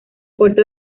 puerto